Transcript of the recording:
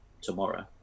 tomorrow